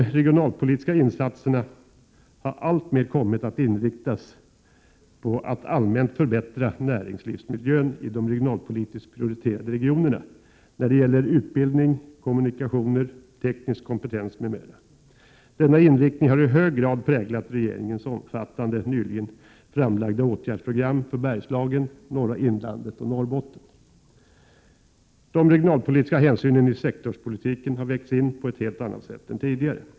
De regionalpolitiska insatserna har alltmer kommit att inriktas på att allmänt förbättra näringslivsmiljön i de regionalpolitiskt prioriterade regionerna när det gäller utbildning, kommunikationer, teknisk kompetens m.m. Denna inriktning har i hög grad präglat regeringens omfattande, nyligen framlagda åtgärdsprogram för Bergslagen, norra inlandet och Norrbotten. De regionalpolitiska hänsynen i sektorspolitiken har vägts in på ett helt annat sätt än tidigare.